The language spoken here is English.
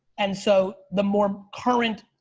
and so the more current,